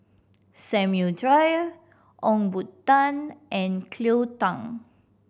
Samuel Dyer Ong Boon Tat and Cleo Thang